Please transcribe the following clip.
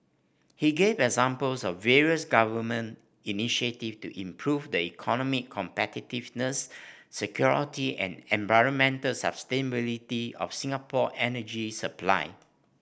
he gave examples of various government initiatives to improve the economic competitiveness security and environmental sustainability of Singapore energy supply